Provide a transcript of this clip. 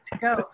go